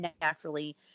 naturally